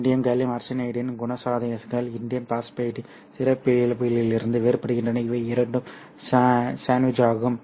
indium gallium ஆர்சனைட்டின் குணாதிசயங்கள் indium பாஸ்பைட்டின் சிறப்பியல்புகளிலிருந்து வேறுபடுகின்றன இவை இரண்டும் சாண்ட்விச் ஆகும்